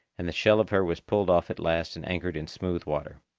and the shell of her was pulled off at last and anchored in smooth water.